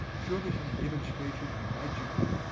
shew me some demonstrations magical,